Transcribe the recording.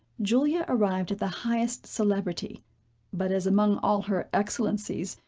julia arrived at the highest celebrity but as among all her excellencies,